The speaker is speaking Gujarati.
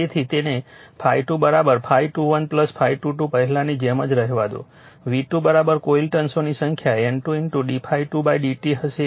તેથી તેને ∅2 ∅21 ∅22 પહેલાની જેમ જ રહેવા દો V2 કોઇલ ટર્ન્સોની સંખ્યા N2 d ∅2 dt હશે